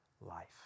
life